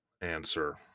answer